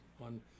on